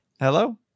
Hello